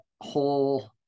whole